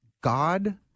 God